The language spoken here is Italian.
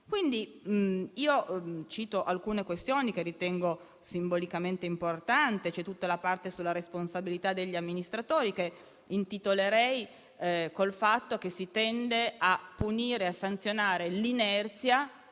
moltissimo. Cito alcune questioni che ritengo simbolicamente importanti. C'è tutta la parte relativa alla responsabilità degli amministratori, che esemplificherei con il fatto che si tende a punire, a sanzionare l'inerzia,